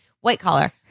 White-collar